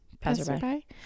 passerby